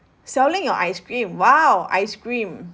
selling your ice cream !wow! ice cream